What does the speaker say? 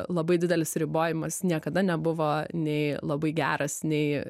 labai didelis ribojimas niekada nebuvo nei labai geras nei